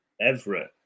Everett